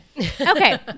okay